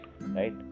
right